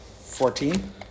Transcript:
Fourteen